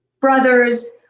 brothers